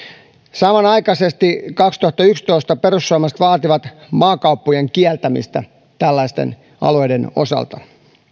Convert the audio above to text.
samanaikaisesti kaksituhattayksitoista perussuomalaiset vaativat maakauppojen kieltämistä tällaisten alueiden osalta